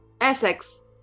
Essex